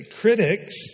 Critics